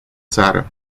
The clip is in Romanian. țară